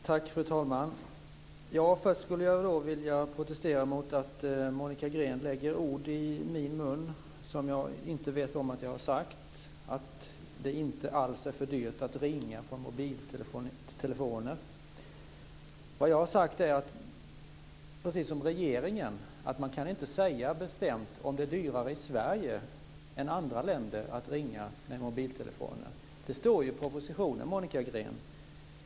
Fru talman! Först vill jag protestera mot att Monica Green lägger ord i min mun som jag inte vet om att jag har sagt - att det inte alls är för dyrt att ringa från mobiltelefoner. Vad jag har sagt är, precis som regeringen, att man inte bestämt kan säga om det är dyrare i Sverige än i andra länder att ringa med mobiltelefoner. Det står ju i propositionen, Monica Green.